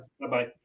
Bye-bye